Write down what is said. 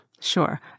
Sure